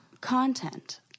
content